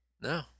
No